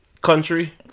country